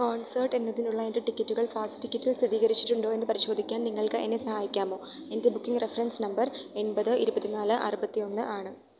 concert എന്നതിനുള്ള എൻ്റെ ടിക്കറ്റുകൾ ഫാസ്റ്റ് ടിക്കറ്റിൽ സ്ഥിരീകരിച്ചിട്ടുണ്ടോ എന്ന് പരിശോധിക്കാൻ നിങ്ങൾക്ക് എന്നെ സഹായിക്കാമോ എൻ്റെ ബുക്കിംഗ് റഫറൻസ് നമ്പർ എൺപത് ഇരുപത്തിനാല് അറുപത്തിയൊന്ന് ആണ്